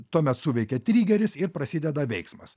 tuomet suveikia trigeris ir prasideda veiksmas